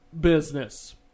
business